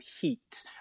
heat